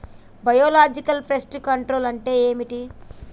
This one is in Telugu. బయోలాజికల్ ఫెస్ట్ కంట్రోల్ అంటే ఏమిటి?